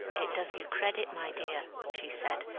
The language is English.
it does you credit, my dear, she said,